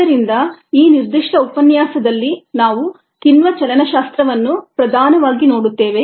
ಆದ್ದರಿಂದ ಈ ನಿರ್ದಿಷ್ಟ ಉಪನ್ಯಾಸದಲ್ಲಿ ನಾವು ಕಿಣ್ವ ಚಲನಶಾಸ್ತ್ರವನ್ನು ಪ್ರಧಾನವಾಗಿ ನೋಡುತ್ತೇವೆ